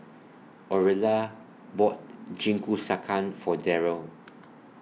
Aurilla bought Jingisukan For Darryl